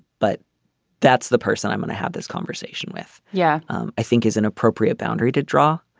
but that's the person i'm going to have this conversation with. yeah um i think is an appropriate boundary to draw.